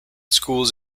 schools